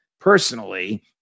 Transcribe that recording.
personally